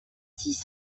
six